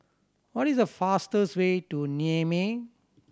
what is the fastest way to Niamey